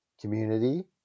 community